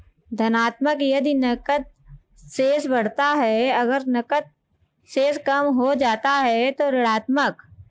धनात्मक यदि नकद शेष बढ़ता है, अगर नकद शेष कम हो जाता है तो ऋणात्मक